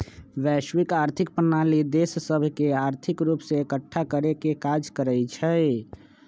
वैश्विक आर्थिक प्रणाली देश सभके आर्थिक रूप से एकठ्ठा करेके काज करइ छै